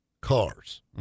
cars